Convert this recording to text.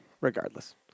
regardless